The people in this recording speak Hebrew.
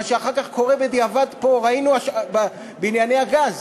מה שאחר כך קורה בדיעבד פה, ראינו, בענייני הגז.